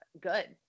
good